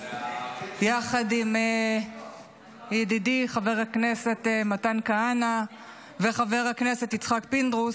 יחד עם ידידי חבר הכנסת מתן כהנא וחבר הכנסת יצחק פינדרוס,